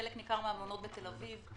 חלק ניכר מהמלונות בתל אביב.